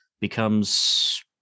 becomes